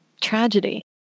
tragedy